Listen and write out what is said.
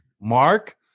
Mark